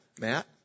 Matt